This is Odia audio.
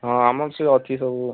ହଁ ଆମର ସେ ଅଛି ସବୁ